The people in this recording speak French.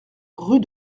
rue